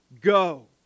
go